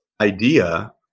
idea